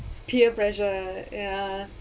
peer pressure ya